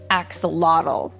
axolotl